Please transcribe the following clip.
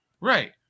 Right